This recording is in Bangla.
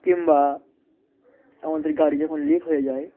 কিংবা আমাদের গাড়ি যখন লিক হয়ে যায়